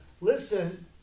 Listen